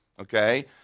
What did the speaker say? okay